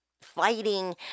fighting